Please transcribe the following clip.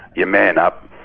you man up,